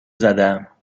زدم